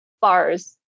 bars